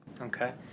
Okay